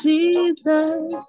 Jesus